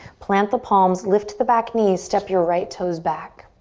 plant the palms, lift the back knees. step your right toes back.